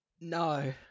No